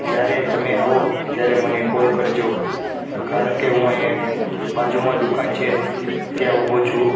જ્યારે તમે આવો ત્યારે મને કોલ કરજો કારણ કે હું અહીંયા એક બાજુમાં દુકાન છે ત્યાં ઊભો છું